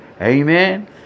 Amen